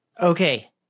Okay